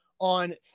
on